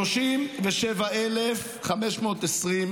2006, 37,524,